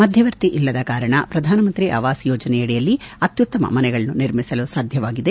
ಮಧ್ಯವರ್ತಿ ಇಲ್ಲದ ಕಾರಣ ಪ್ರಧಾನಮಂತ್ರಿ ಅವಾಸ್ ಯೋಜನೆಯಡಿಯಲ್ಲಿ ಅತ್ಯುತ್ತಮ ಮನೆಗಳನ್ನು ನಿರ್ಮಿಸಲು ಸಾಧ್ಯವಾಗಿದೆ